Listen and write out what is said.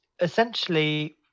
essentially